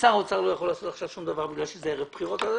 ששר האוצר לא יכול לעשות עכשיו שום דבר כי זה ערב בחירות - ראשית,